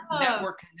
network